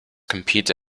compete